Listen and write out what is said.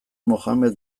mohamed